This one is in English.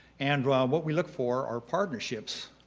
and what we look for are partnerships,